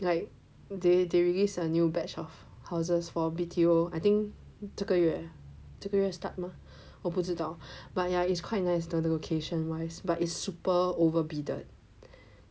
like they they released a new batch of houses for B_T_O I think 这个月这个月 start mah 我不知道 but ya it's quite nice the location wise but it's super over-bidded